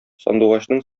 сандугачның